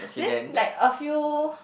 then like a few